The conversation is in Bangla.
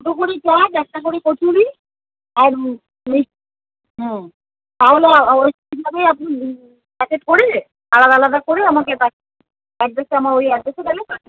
দুটো করে চপ একটা করে কচুরি আর মিষ্টি হুম তাহলে ওইভাবে আপনি প্যাকেট করে আলাদা আলাদা করে আমাকে এবার অ্যাড্রেসে আমার ওই অ্যাড্রেসে তাহলে পাঠিয়ে